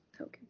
Okay